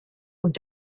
und